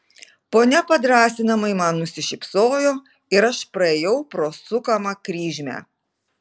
ponia padrąsinamai man nusišypsojo ir aš praėjau pro sukamą kryžmę